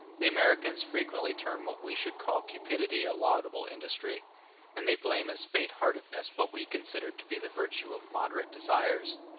the americans frequently term what we should call cupidity a laudable industry and they blame as faint-heartedness what we consider to be the virtue of moderate desires.